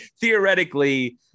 theoretically